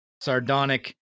sardonic